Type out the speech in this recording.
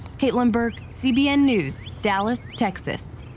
caitlin burke, cbn news, dallas, texas.